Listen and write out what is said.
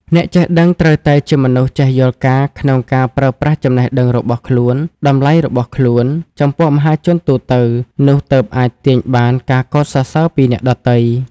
អ្នកចេះដឹងត្រូវតែជាមនុស្សចេះយល់ការណ៍ ក្នុងការប្រើប្រាស់ចំណេះដឹងរបស់ខ្លួន តម្លៃរបស់ខ្លួន ចំពោះមហាជនទូទៅ នោះទើបអាចទាញបានការកោតសរសើពីអ្នកដទៃ។